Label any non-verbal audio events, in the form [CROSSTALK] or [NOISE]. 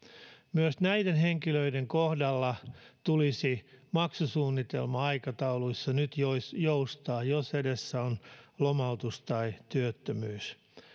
myös näiden henkilöiden kohdalla tulisi maksusuunnitelma aikatauluissa nyt joustaa jos edessä on [UNINTELLIGIBLE] lomautus tai työttömyys [UNINTELLIGIBLE]